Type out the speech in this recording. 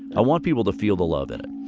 i want people to feel the love in it